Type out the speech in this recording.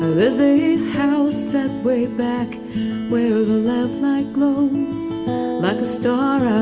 there's a house set way back where the lamplight glows like a star